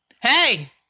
Hey